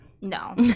No